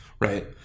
right